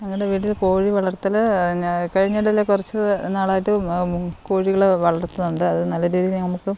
മുട്ട ആണെങ്കിലും കിട്ടുകയൊക്കെ ചെയ്യും അത് ഇവിടെ വീട്ടാവശ്യങ്ങൾക്ക് ആണെങ്കിലും കൊടുക്കാനൊക്കെ ആണെങ്കിലും സാധിക്കും